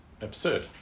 absurd